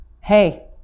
Hey